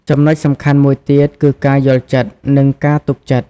ចំណុចសំខាន់មួយទៀត គឺការយល់ចិត្ត និងការទុកចិត្ត។